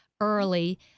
early